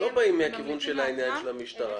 הם לא באים מהכיוון של העניין של המשטרה.